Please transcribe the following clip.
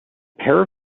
pair